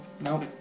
Nope